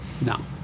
No